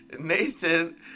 Nathan